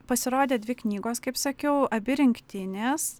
pasirodė dvi knygos kaip sakiau abi rinktinės